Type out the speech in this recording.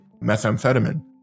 methamphetamine